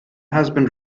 husband